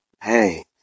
hey